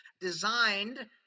designed